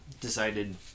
decided